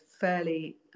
fairly